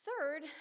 Third